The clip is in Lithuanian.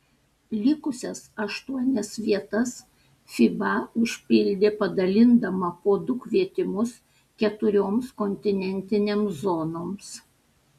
likusias aštuonias vietas fiba užpildė padalindama po du kvietimus keturioms kontinentinėms zonoms